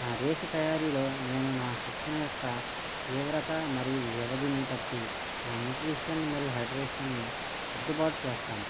నా రేస్ తయారీలో నేను నా శిక్షణ యొక్క తీవ్రత మరియు వ్యవధిని బట్టి నా న్యూట్రిషన్ మరియు హైడ్రేషన్ను సర్దుబాటు చేస్తాను